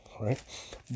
right